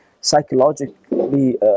psychologically